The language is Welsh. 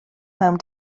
mewn